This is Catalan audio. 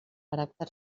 caràcter